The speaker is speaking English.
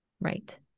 Right